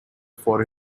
for